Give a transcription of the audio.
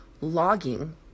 logging